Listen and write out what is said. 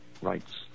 rights